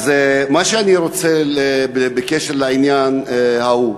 אז מה שאני רוצה לומר בקשר לעניין ההוא,